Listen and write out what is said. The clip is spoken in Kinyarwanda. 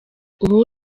ubu